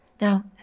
Now